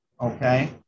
Okay